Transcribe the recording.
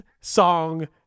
song